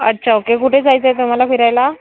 अच्छा ओके कुठे जायचे आहे तुम्हाला फिरायला